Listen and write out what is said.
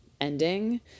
ending